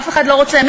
אף אחד לא רוצה.